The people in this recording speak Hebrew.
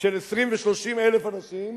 של 20,000 ו-30,000 אנשים,